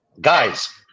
guys